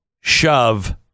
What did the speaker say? shove